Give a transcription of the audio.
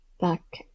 back